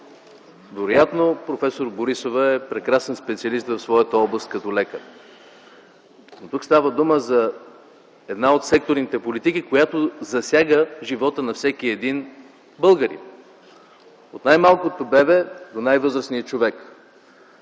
Вероятно проф. Борисова е прекрасен специалист в своята област като лекар, но тук става дума за една от секторните политики, която засяга живота на всеки един българин – от най-малкото бебе до най-възрастния човек.